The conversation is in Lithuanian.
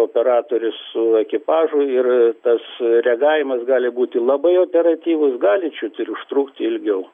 operatorius su ekipažu ir tas reagavimas gali būti labai operatyvus gali čiut užtrukti ilgiau